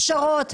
בהכשרות.